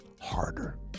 harder